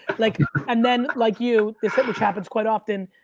like and then like you, is if which happens quite often,